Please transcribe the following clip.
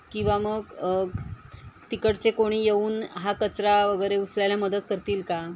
किंवा मग तिकडचे कोणी येऊन हा कचरा वगैरे उचलायला मदत करतील का